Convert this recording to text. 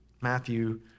Matthew